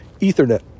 ethernet